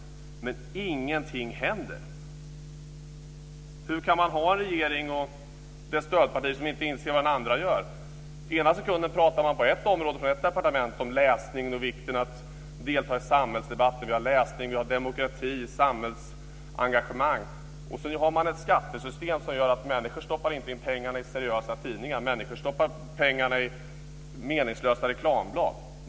Men ingenting händer. Hur kan man ha en regering och stödpartier som inte inser vad den andra gör? Ena sekunden pratar man på ett område från ett departement om läsning och vikten av att delta i samhällsdebatten. Vi har läsning, demokrati, samhällsengagemang. Och så har man ett skattesystem som gör att människor inte stoppar in pengar i seriösa tidningar utan i meningslösa reklamblad.